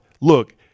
look